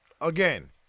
again